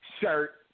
shirt